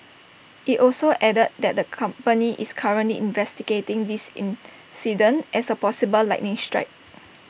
IT also added that the company is currently investigating this incident as A possible lightning strike